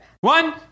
One